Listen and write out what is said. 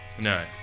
No